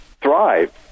Thrive